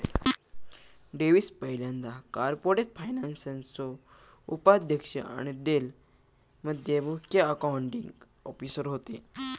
Davis पयल्यांदा corporate फायनान्सचो उपाध्यक्ष आणि डेल मध्ये मुख्य अकाउंटींग ऑफिसर होते